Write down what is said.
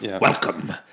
Welcome